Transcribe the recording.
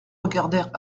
regardèrent